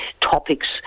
topics